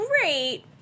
great